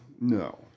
No